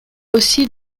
aussi